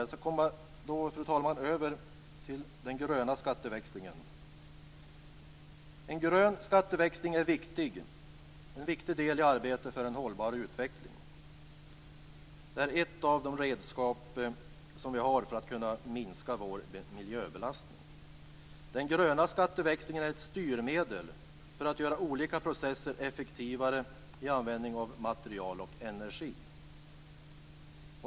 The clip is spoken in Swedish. Jag skall komma över på det här med den gröna skatteväxlingen. En grön skatteväxling är en viktig del i arbetet för en hållbar utveckling. Det är ett av de redskap som vi har för att minska vår miljöbelastning. Den gröna skatteväxlingen är ett styrmedel för att göra olika processer effektivare när det gäller användning av material och energi.